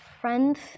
friends